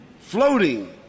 floating